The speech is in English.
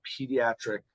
pediatric